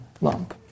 lump